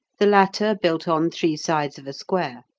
the latter built on three sides of a square.